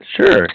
Sure